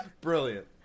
Brilliant